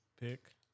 Pick